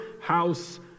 house